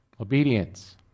Obedience